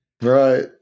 Right